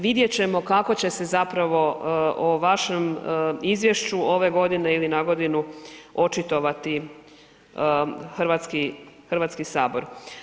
Vidjet ćemo kako će se zapravo o vašem izvješću ove godine ili nagodinu očitovati Hrvatski sabor.